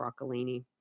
Broccolini